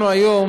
אנחנו היום